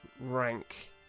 rank